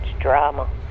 drama